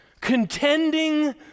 Contending